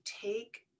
take